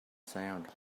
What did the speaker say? sound